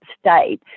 state